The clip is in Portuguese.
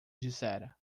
dissera